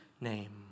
name